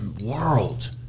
world